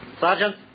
Sergeant